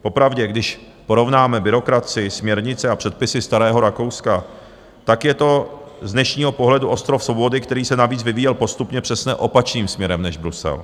Popravdě, když porovnáme byrokracii, směrnice a předpisy starého Rakouska, tak je to z dnešního pohledu ostrov svobody, který se navíc vyvíjel postupně přesně opačným směrem než Brusel.